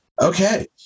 okay